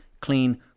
clean